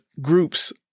groups